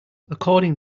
according